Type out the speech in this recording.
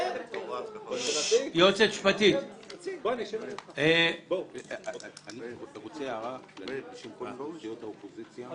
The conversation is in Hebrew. היועצת המשפטית --- אני רוצה הערה בשם כל סיעות האופוזיציה.